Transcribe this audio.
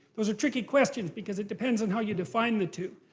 those are tricky questions because it depends on how you define the two.